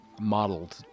modeled